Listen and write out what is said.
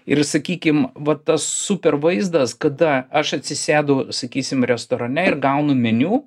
ir sakykim va tas super vaizdas kada aš atsisėdu sakysim restorane ir gaunu meniu